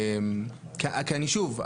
ושוב,